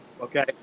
okay